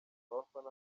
abafana